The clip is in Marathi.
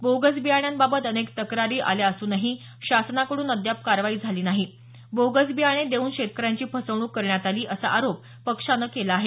बोगस बियाण्यांबाबत अनेक तक्रारी आल्या असूनही शासनाकडून अद्याप कारवाई झाली नाही बोगस बियाणे देऊन शेतकऱ्यांची फसवणूक करण्यात आली असा आरोप पक्षानं केला आहे